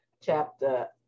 chapter